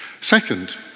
Second